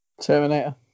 Terminator